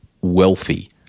wealthy